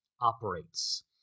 operates